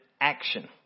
action